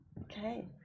Okay